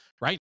right